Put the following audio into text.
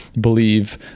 believe